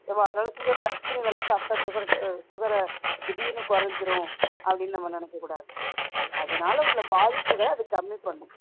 so அதனால் sugar டக்குனு இதல்லாம் சுகரு சுகரை திடீர்ன்னு கொறைஞ்சிரும் அப்படின்னு நம்ம நினைக்கக்கூடாது அதனால உள்ள பாதிப்புகளை அது கம்மி பண்ணும்